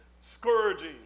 scourging